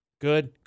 Good